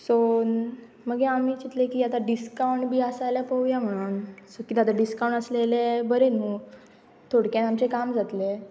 so मागीर आमी चितलें की आतां डिस्कावंट बी आसा जाल्यार पळोवया म्हणोन सो किदें आतां डिसकावंट आसलेंलें बरें न्हू थोडक्यान आमचें काम जातलें